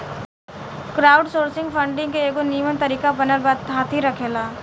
crowdsourcing funding के एगो निमन तरीका बनल बा थाती रखेला